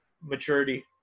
maturity